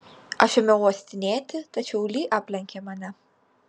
aš ėmiau uostinėti tačiau li aplenkė mane